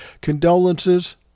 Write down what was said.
condolences